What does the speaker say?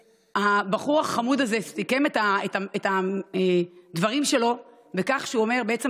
הבחור החמוד הזה סיכם את הדברים שלו בכך שהוא אמר שהוא